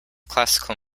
classical